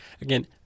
again